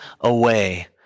away